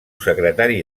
secretari